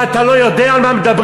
מה, אתה לא יודע על מה מדברים?